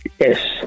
Yes